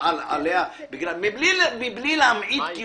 אני אומר להמעיט מבלי להמעיט.